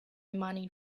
mining